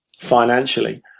financially